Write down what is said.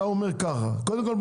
אתה אומר ככה: קודם כל,